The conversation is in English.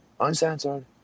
Uncensored